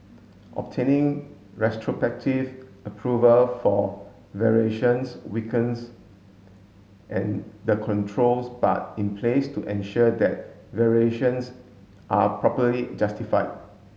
obtaining retrospective approval for variations weakens an the controls but in place to ensure that variations are properly justified